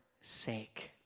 sake